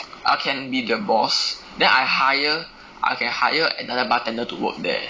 I can be the boss then I hire I can hire another bartender to work there